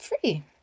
free